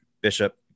bishop